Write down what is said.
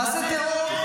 "מעשה טרור"